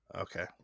Okay